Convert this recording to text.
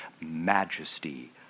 majesty